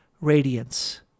radiance